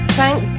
Thank